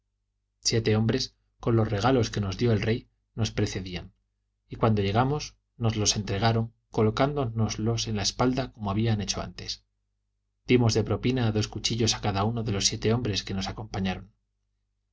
siete hombres con los regalos que nos dio el rey nos precedían y cuando llegamos nos los entregaron colocándonoslos en la espalda como habían hecho antes dimos de propina dos cuchillos a cada uno de los siete hombres que nos acompañaron